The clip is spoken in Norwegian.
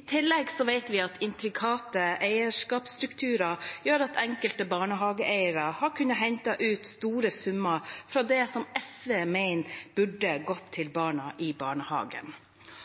I tillegg vet vi at intrikate eierskapsstrukturer gjør at enkelte barnehageeiere har kunnet hente ut store summer fra det som SV mener burde gått til barna i barnehagen.